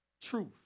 truth